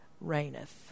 reigneth